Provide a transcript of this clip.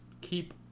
keep